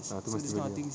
ah itu pun sekali ah